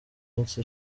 minsi